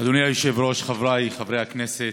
אדוני היושב-ראש, חבריי חברי הכנסת,